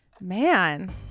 Man